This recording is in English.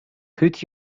put